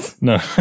no